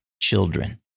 children